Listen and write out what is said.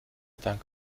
dank